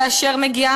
כאשר מגיעה,